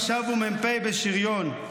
עכשיו הוא מ"פ בשריון /